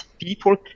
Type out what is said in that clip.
people